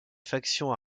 factions